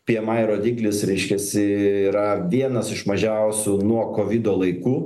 py em ai rodiklis reiškiasi yra vienas iš mažiausių nuo kovido laikų